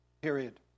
Period